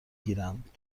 گیرند